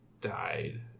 died